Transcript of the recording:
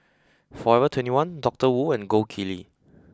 forever twenty one Doctor Wu and Gold Kili